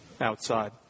outside